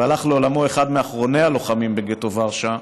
והלך לעולמו אחד מאחרוני הלוחמים בגטו ורשה,